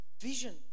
vision